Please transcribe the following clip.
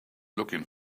looking